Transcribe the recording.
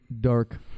dark